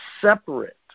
separate